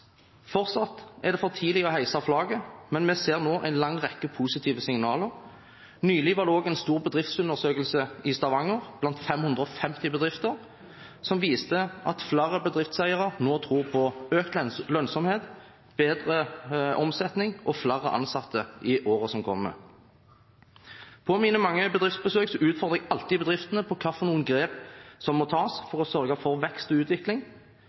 Fortsatt er det for tidlig å heise flagget, men vi ser nå en lang rekke positive signaler. Nylig var det også en stor bedriftsundersøkelse i Stavanger blant 550 bedrifter som viste at flere bedriftseiere nå tror på økt lønnsomhet, bedre omsetning og flere ansatte i året som kommer. På mine mange bedriftsbesøk utfordrer jeg alltid bedriftene på hva slags grep som må tas for å sørge for vekst og utvikling,